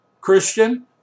Christian